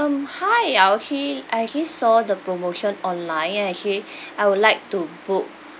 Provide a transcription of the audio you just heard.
um hi L_T I just saw the promotion online actually I would like to book